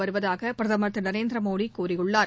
வருவதாக பிரதமர் திரு நரேந்திர மோடி கூறியுள்ளார்